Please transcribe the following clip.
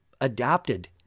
adapted